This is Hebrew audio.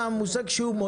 הם ייתנו.